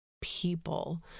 people